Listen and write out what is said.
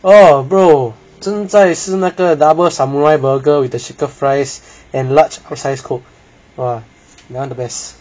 orh bro 现在是那个 double samurai burger with the shaker fries and large sized coke !wah! that [one] the best